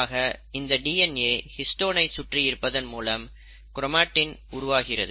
ஆக இந்த டிஎன்ஏ ஹிஸ்டோனை சுற்றி இருப்பதன் மூலம் க்ரோமாட்டின் உருவாகிறது